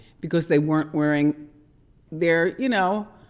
because they weren't wearing their, you know,